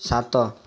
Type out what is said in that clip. ସାତ